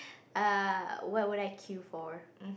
err what would I queue for